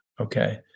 okay